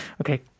okay